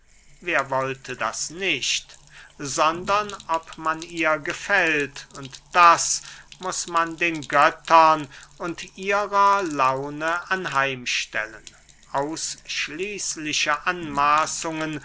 wer wollte das nicht sondern ob man ihr gefällt und das muß man den göttern und ihrer laune anheimstellen ausschließliche anmaßungen